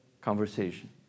conversation